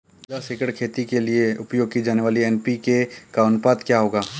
दस एकड़ खेती के लिए उपयोग की जाने वाली एन.पी.के का अनुपात क्या होगा?